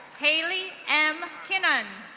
hailey m kinnon.